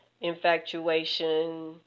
infatuation